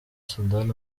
sudani